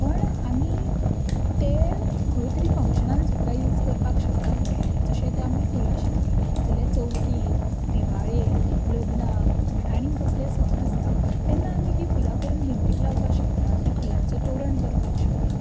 पण आमी ते खंयतरी फंग्शनान सुद्दां यूज करपाक शकता फुडें जशें तें आमी फुलां शिकलीं जाल्या चवतीक दिवाळेक लग्नाक म्हण आनीक कसलेय सण आसता तेन्ना आमी ती फुलां करून भिंतीक लावपाक शकता त्या फुलांचो तोरण करपाक शकता